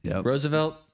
Roosevelt